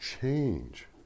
change